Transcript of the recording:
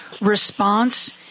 response